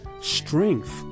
strength